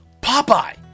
Popeye